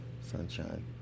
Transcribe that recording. Sunshine